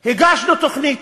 הגשנו תוכנית.